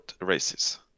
races